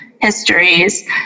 histories